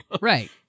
Right